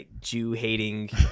Jew-hating